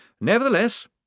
Nevertheless